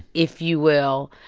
if you will,